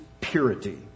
purity